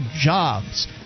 jobs